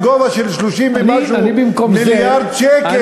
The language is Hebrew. בגובה 30 ומשהו מיליארד שקל.